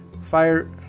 Fire